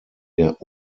der